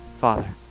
Father